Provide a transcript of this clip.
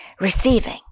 receiving